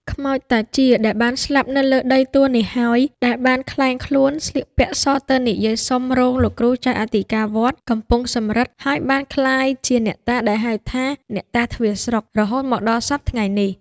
ខ្មោចតាជា ដែលបានស្លាប់នៅលើដីទួលនេះហើយ ដែលបានក្លែងខ្លួនស្លៀកពាក់សទៅនិយាយសុំរោងលោកគ្រូចៅអធិការវត្តកំពង់សំរឹទ្ធ ហើយបានក្លាយជាអ្នកតាដែលហៅថា "អ្នកតាទ្វារស្រុក" រហូតមកដល់សព្វថ្ងៃនេះ ។